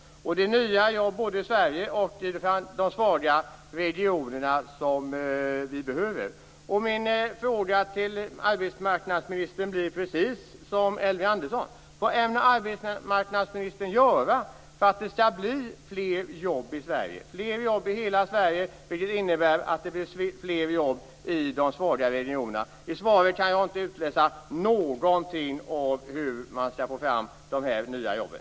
Det är nya jobb i Sveriges svaga regioner som vi behöver. Min fråga till arbetsmarknadsministern blir precis som Elving Anderssons: Vad ämnar arbetsmarknadsministern göra för att det skall bli fler jobb i hela Sverige, vilket innebär att det blir fler jobb i de svaga regionerna? I svaret kan jag inte utläsa någonting om hur man skall få fram de nya jobben.